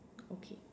okay